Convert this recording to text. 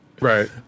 Right